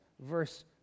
verse